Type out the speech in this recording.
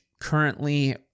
currently